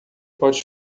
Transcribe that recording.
pode